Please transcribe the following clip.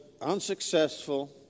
unsuccessful